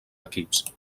equips